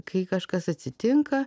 kai kažkas atsitinka